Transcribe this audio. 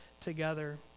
together